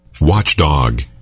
Watchdog